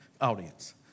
audience